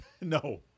No